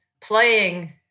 playing